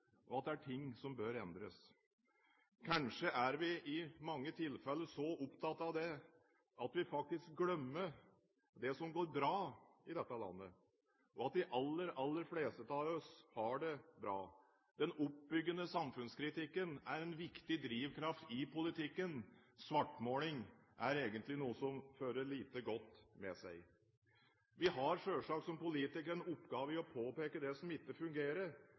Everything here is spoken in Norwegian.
og at det er ting som bør endres. Kanskje er vi i mange tilfeller så opptatt av det, at vi faktisk glemmer det som går bra i dette landet, og at de aller fleste av oss har det bra. Den oppbyggende samfunnskritikken er en viktig drivkraft i politikken, svartmaling er egentlig noe som fører lite godt med seg. Som politikere har vi selvsagt en oppgave når det gjelder å påpeke det som ikke fungerer,